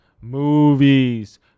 movies